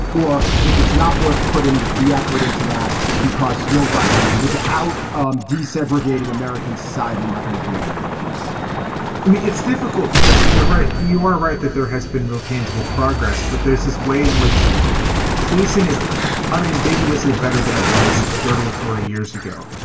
or if it's not worth putting the effort into that because you're right. without um desegregating american society, nothing's really going to change i mean, it's difficult because you're right, you right that there has been real tangible progress. but there's this way in which policing is unambiguously better than it was thirty or forty years ago.